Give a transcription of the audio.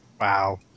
Wow